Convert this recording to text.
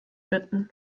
bitten